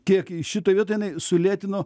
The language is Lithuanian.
kiek šitoj vietoj jinai sulėtino